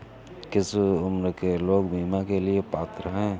किस उम्र के लोग बीमा के लिए पात्र हैं?